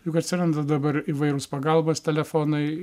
juk atsiranda dabar įvairūs pagalbos telefonai